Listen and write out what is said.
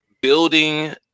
building